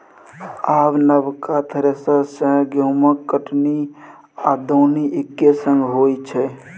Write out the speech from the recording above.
आब नबका थ्रेसर सँ गहुँमक कटनी आ दौनी एक्के संग होइ छै